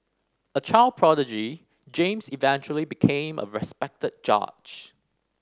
a child prodigy James eventually became a respected judge